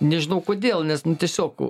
nežinau kodėl nes nu tiesiog